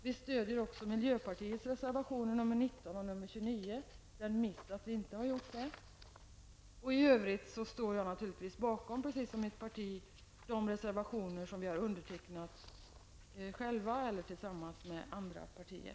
Vi stödjer också miljöpartiets reservationer 19 och 29 -- det är en miss att vi inte i betänkandet står med på dessa. I övrigt står jag naturligtvis, precis som mitt parti, bakom samtliga de reservationer vi har fogat till betänkandet, ensamma eller tillsammans med andra partier.